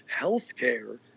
healthcare